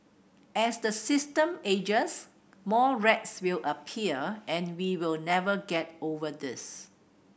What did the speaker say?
as the system ages more rats will appear and we will never get over this